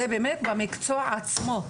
זה באמת במקצוע עצמו.